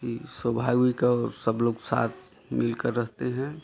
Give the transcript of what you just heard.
ही स्वाभाविक और सब लोग साथ मिलकर रहते हैं